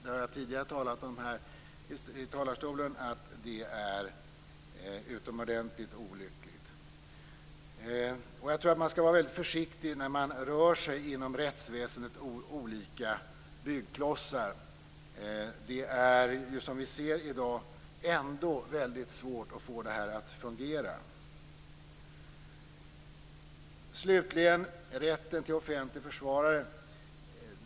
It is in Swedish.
Jag har tidigare talat här i talarstolen om att det är utomordentligt olyckligt. Man skall vara väldigt försiktig när man rör sig inom rättsväsendets olika byggklotsar. Det är ju, som vi ser i dag, ändå väldigt svårt att få det här att fungera. Slutligen frågan om rätten till offentlig försvarare.